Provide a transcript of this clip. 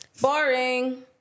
Boring